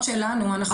רגע.